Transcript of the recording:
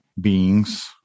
beings